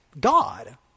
God